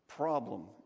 problem